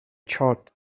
charge